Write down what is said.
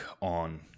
on